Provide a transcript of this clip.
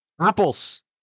apples